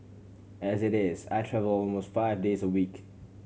as it is I travel almost five days a week